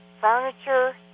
furniture